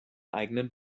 eigenen